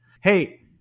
Hey